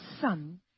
son